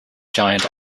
giant